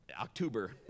October